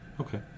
Okay